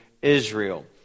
Israel